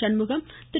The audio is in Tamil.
சண்முகம் திரு